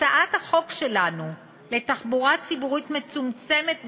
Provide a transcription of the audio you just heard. הצעת החוק שלנו לתחבורה ציבורית מצומצמת בשבת,